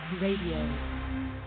radio